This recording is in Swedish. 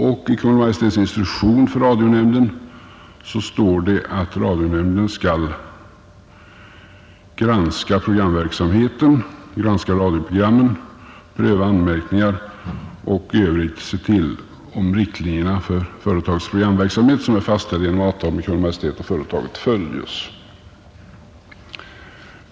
I Kungl. Maj:ts instruktion för radionämnden står det att radionämnden skall granska programverksamheten och radioprogrammen, pröva anmärkningar och i övrigt se till om riktlinjerna för företagets programverksamhet, som är fastställda genom avtal mellan Kungl. Maj:t och företaget, följes.